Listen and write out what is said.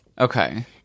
Okay